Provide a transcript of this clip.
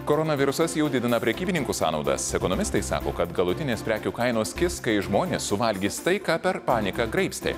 koronavirusas jau didina prekybininkų sąnaudas ekonomistai sako kad galutinės prekių kainos kis kai žmonės suvalgys tai ką per paniką graibstė